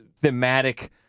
thematic